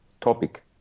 topic